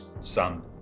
son